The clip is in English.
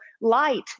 light